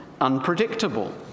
unpredictable